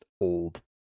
old